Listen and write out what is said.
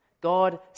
God